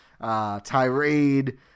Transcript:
tirade